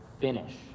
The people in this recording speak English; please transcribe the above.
finish